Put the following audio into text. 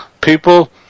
people